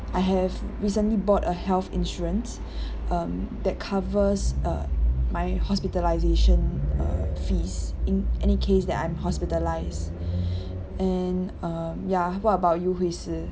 I have recently bought a health insurance um that covers uh my hospitalisation uh fees in any case that I'm hospitalised and um ya what about you hui shi